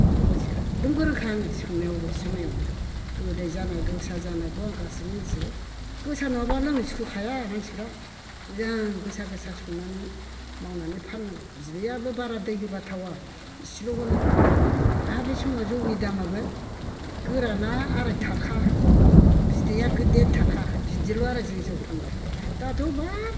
औ एखदम गोरोंखा आङो संनायावबो जुमाइआवबो गोदै जानाय गोसा जानायखौ आं गासिबो मिन्थिजोबो गोसा नङाब्ला लोंनो सुखु खाया मानसिफ्रा मोजां गोसा गोसा संनानै मावनानै फाननांगौ बिदैयाबो बारा दै होब्ला थावा एसेल' होनांगौ आर बे समाव जौनि दामाबो गोराना आरायथाखा बिदैया देर थाखा बिदिल' आरो जों जौ फानब्ला दाथ' बाब